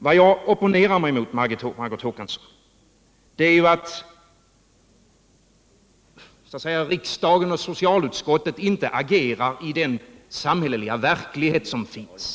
Vad jag oppponerar mig emot, Margot Håkansson, är att riksdag och socialutskott inte agerar i den samhälleliga verklighet som finns.